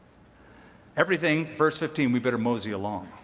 everything, verse fifteen we better mosey along.